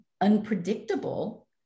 unpredictable